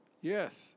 Yes